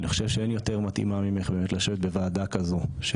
אני חושב שאין יותר מתאימה ממך לשבת בוועדה כזו.